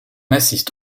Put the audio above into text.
assiste